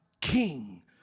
king